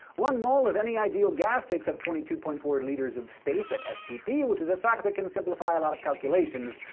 one mole of any ideal gas takes up twenty two point four liters liters of space at stp, which is a fact that can simplify a lot of calculations.